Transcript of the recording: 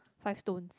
five stones